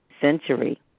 century